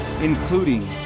including